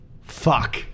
Fuck